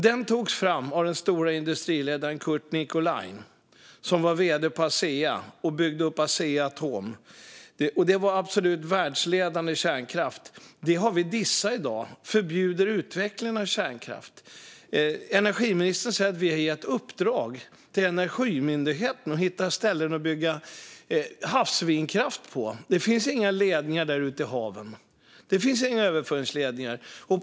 Den togs fram av den stora industriledaren Curt Nicolin som var vd på Asea och byggde upp Asea Atom. Det var absolut världsledande kärnkraft. Det har vi dissat i dag och förbjuder utveckling av kärnkraft. Energiministern säger att regeringen har gett i uppdrag till Energimyndigheten att hitta ställen för att bygga havsbaserad vindkraft. Det finns inga överföringsledningar där ute i haven.